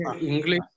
English